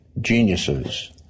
geniuses